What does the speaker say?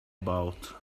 about